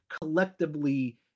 collectively